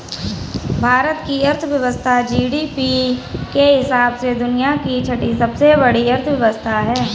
भारत की अर्थव्यवस्था जी.डी.पी के हिसाब से दुनिया की छठी सबसे बड़ी अर्थव्यवस्था है